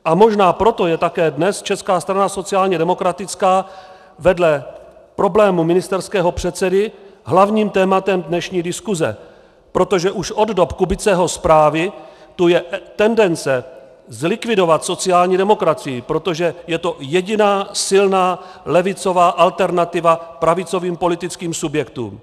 A možná proto je také dnes Česká strana sociálně demokratická vedle problému ministerského předsedy hlavním tématem dnešní diskuse, protože už od dob Kubiceho zprávy tu je tendence zlikvidovat sociální demokracii, protože je to jediná silná levicová alternativa pravicovým politickým subjektům.